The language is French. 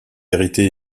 vérité